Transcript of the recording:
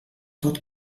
pot